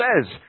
says